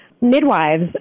midwives